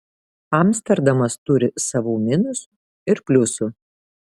amsterdamas turi savų minusų ir pliusų